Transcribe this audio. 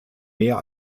mehr